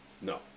No